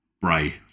Bray